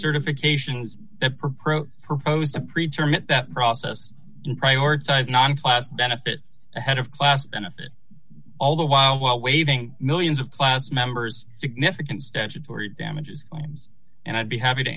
certifications proposed to pre term it that process prioritise non class benefit ahead of class benefit all the while while waving millions of class members significant statutory damages claims and i'd be happy to